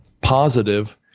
positive